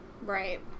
Right